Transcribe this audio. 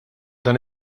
dan